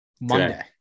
Monday